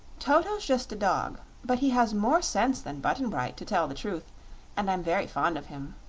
toto's just a dog but he has more sense than button-bright, to tell the truth and i'm very fond of him.